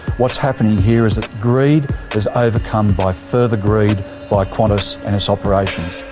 what's happening here is that greed is overcome by further greed by qantas and its operations.